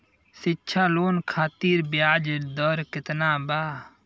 शिक्षा लोन खातिर ब्याज दर केतना बा?